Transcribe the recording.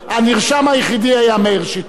הנרשם היחידי היה מאיר שטרית.